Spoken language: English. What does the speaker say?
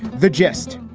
the gist?